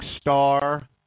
star